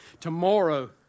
Tomorrow